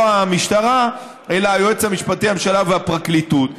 המשטרה אלא היועץ המשפטי לממשלה והפרקליטות,